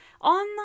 on